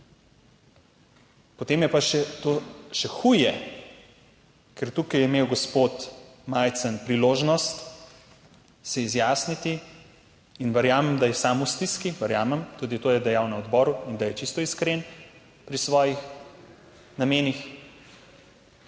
Potem je pa to še huje, ker tukaj je imel gospod Majcen priložnost se izjasniti in verjamem, da je sam v stiski, verjamem, tudi to je dejal na odboru in da je čisto iskren pri svojih namenih.